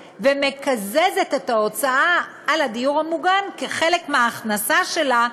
ומקזזת את ההוצאה על הדיור המוגן כחלק מההכנסה שלה,